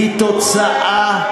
הם תוצאה,